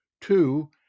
two